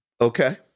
Okay